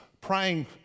praying